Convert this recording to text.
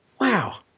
Wow